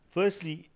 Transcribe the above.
Firstly